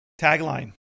Tagline